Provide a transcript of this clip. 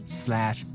slash